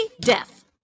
death